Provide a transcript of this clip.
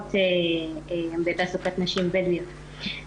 קיימות כבר בתעסוקת נשים בדואיות.